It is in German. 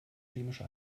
chemische